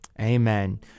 Amen